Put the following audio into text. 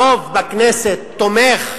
ואם הרוב בכנסת תומך,